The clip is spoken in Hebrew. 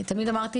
תמיד אמרתי